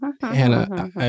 Hannah